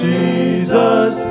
Jesus